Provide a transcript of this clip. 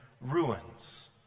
ruins